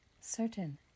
certain